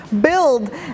build